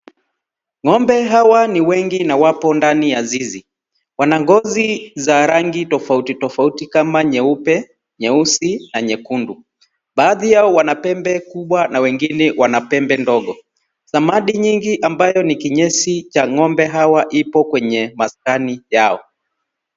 Ngombe Hawa ni wengi na wapo ndani ya zizi, wana ngozi za rangi tofauti tofauti kama ,nyeupe, nyeusi na nyekundu. Baadhi Yao wana pembe kubwa na wengine wana pembe ndogo. Samadi nyingi ambayo ni kinyesi cha ngombe hawa, ipo kwenye maskani yao.